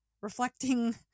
reflecting